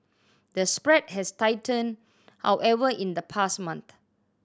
the spread has tightened however in the past month